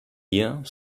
year